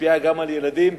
משפיעה גם על ילדים,